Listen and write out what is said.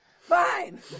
Fine